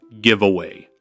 giveaway